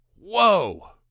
whoa